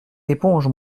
éponges